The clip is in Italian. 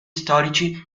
storici